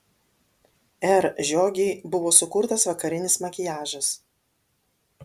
r žiogei buvo sukurtas vakarinis makiažas